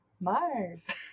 Mars